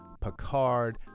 Picard